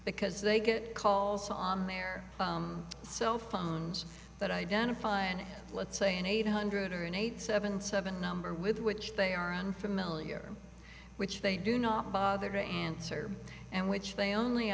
because they get calls on their cell phones that identify and let's say an eight hundred or an eight seven seven number with which they are unfamiliar which they do not bother to answer and which they only